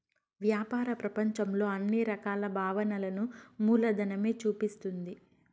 వ్యాపార ప్రపంచంలో అన్ని రకాల భావనలను మూలధనమే చూపిస్తుంది